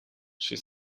she